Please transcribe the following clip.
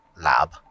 lab